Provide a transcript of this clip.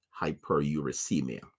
hyperuricemia